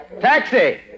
Taxi